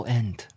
end